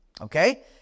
Okay